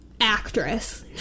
actress